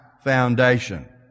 Foundation